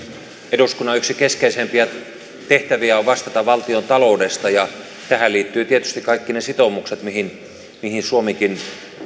eduskunnan yksi keskeisimpiä tehtäviä on vastata valtiontaloudesta ja tähän liittyvät tietysti kaikki ne sitoumukset mihin mihin suomikin